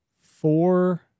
Four